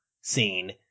scene